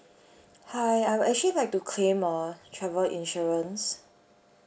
hi I would actually like to claim a travel insurance